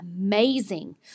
amazing